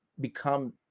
become